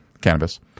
cannabis